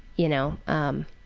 you know, um,